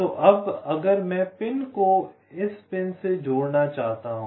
तो अब अगर मैं पिन को इस पिन से जोड़ना चाहता हूं